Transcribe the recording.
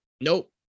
Nope